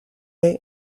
est